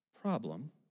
Problem